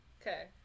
Okay